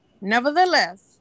Nevertheless